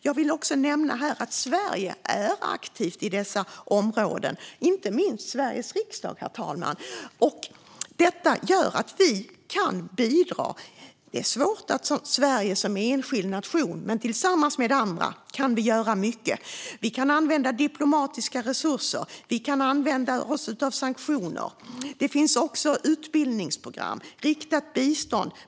Jag vill också nämna att Sverige är aktivt i dessa områden, inte minst Sveriges riksdag. Detta gör att vi kan bidra. Det är svårt för Sverige som enskild nation, men tillsammans med andra kan vi göra mycket. Vi kan använda diplomatiska resurser. Vi kan använda oss av sanktioner. Det finns också utbildningsprogram och riktat bistånd.